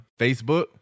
Facebook